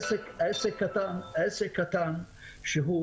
משרד הכלכלה יחד עם העסקים הקטנים צריך לדעת למצוא